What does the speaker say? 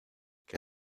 que